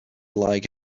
like